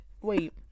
Wait